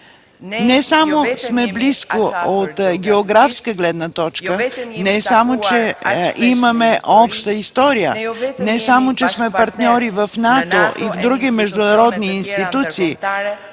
Не само че сме близо от географска гледна точка, не само че имаме обща история, не само че сме партньори в НАТО и в други международни институции,